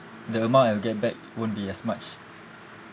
the amount I'll get back won't be as much